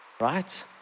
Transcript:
right